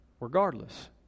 regardless